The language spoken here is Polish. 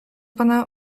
pana